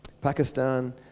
Pakistan